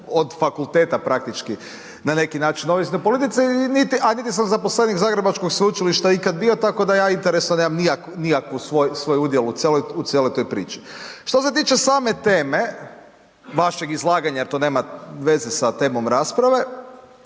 od fakulteta praktički na neki način ovisni o politici, a niti sam zaposlenik Zagrebačkog Sveučilišta ikad bio, tako da ja interesa nemam, nikakav svoj udjel u cijeloj toj priči. Što se tiče same teme vašeg izlaganja, to nema veze sa temom rasprave,